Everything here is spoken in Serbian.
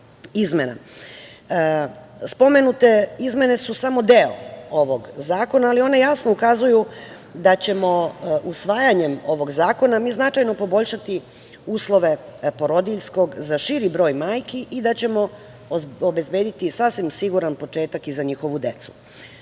izmena. Spomenute izmene su samo deo ovog zakona, ali one jasno ukazuju da ćemo usvajanjem ovog zakona značajno poboljšati uslove porodiljskog za širi broj majki i da ćemo obezbediti sasvim siguran početak i za njihovu decu. Ove